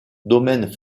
domaine